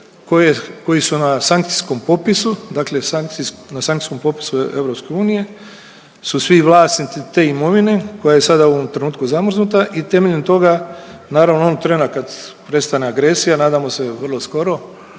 koji su na sankcijskom popisu, na sankcijskom popisu Europske unije su svi vlasnici te imovine koja je sada u ovom trenutku zamrznuta i temeljem toga naravno onog trena kad prestane agresija, nadamo se vrlo skoro